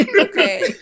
Okay